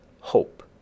hope